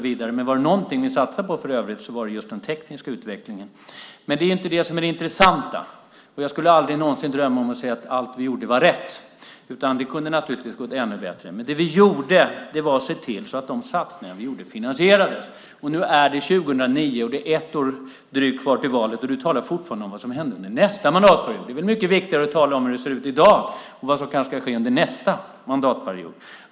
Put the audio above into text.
Var det någonting som vi satsade på var det just den tekniska utvecklingen. Men det är inte det intressanta. Jag skulle aldrig någonsin drömma om att säga att allt vi gjorde var rätt. Det kunde naturligtvis ha gått ännu bättre. Men det vi gjorde var att se till att de satsningar som gjordes finansierades. Nu är det 2009 och drygt ett år kvar till valet, och du talar fortfarande om vad som hände under förra mandatperioden. Det är väl mycket viktigare att tala om vad som sker i dag och vad som kanske ska ske under nästa mandatperiod.